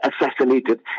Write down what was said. assassinated